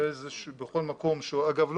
אגב,